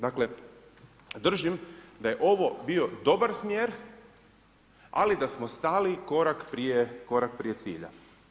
Dakle držim da je ovo bio dobar smjer, ali da smo stali korak prije cilja.